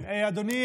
אדוני